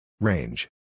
Range